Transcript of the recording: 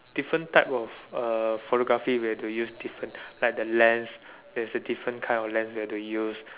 different type of uh photography we have to use different like the lens there's a different kind of lens we have to use